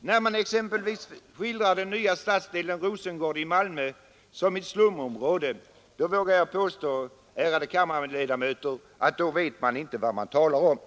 När man exempelvis skildrar den nya stadsdelen Rosengård i Malmö som ett slumområde, då vågar jag påstå, ärade kammarledamöter, att man inte vet vad man talar om.